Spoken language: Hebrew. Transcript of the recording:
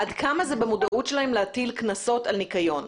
עד כמה זה במודעות שלהם להטיל קנסות על ניקיון?